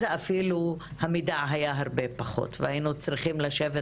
אז אפילו המידע היה הרבה פחות והיינו צריכים לשבת